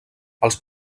els